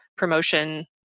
promotion